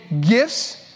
gifts